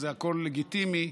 והכול לגיטימי,